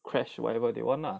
crash whatever they want lah